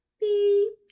beep